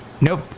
nope